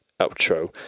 outro